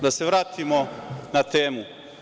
Da se vratimo na temu.